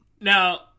Now